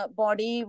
body